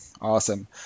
Awesome